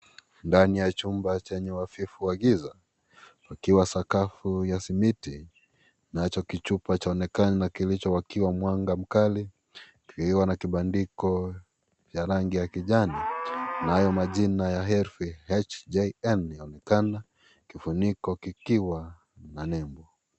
Ndani ya chumba chenye uhafifu wa giza , pakiwa sakafu ya simiti nacho kichupa chaonekana kilichowakiwa mwanga mkali ikiwa na kibandiko cha rangi ya kijani nayo majin a ya herufi HJN yaonekana kifuniko kikiwa na nembo.